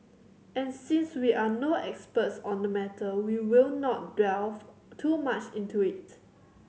and since we are no experts on the matter we will not delve too much into it